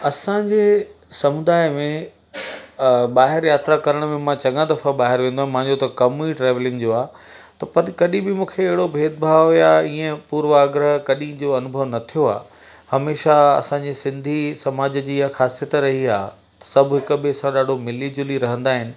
असांजे समुदाय में ॿाहिरि यात्रा करण में मां चङा दफ़ा ॿाहिरि वेंदुमि मुंहिंजों त कम ई ट्रैव्लिंग जो आहे त पर कॾहिं बि मूंखे अहिड़ो भेदभाव या ईअं पूर्वाग्रह कॾहिं जो अनुभव न थियो आहे हमेशह असांजे सिंधी समाज जी ईअं ख़ासियत रही आहे सभु हिक ॿिए सां ॾाढो मिली जुली रहंदा आहिनि